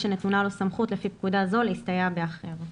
שנתונה לו סמכות לפי פקודה זו להסתייע באחר.